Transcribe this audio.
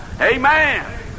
amen